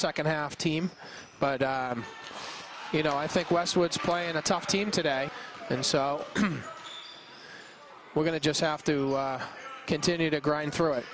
second half team but you know i think wes what's playing a tough team today and so we're going to just have to continue to grind through it